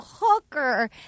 hooker